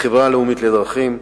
החברה הלאומית לדרכים,